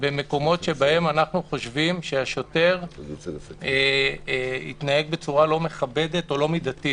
במקומות שבהם אנחנו חושבים שהשוטר התנהג בצורה לא מכבדת או לא מידתית.